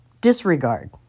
Disregard